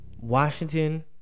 Washington